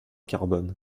carbone